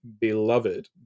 beloved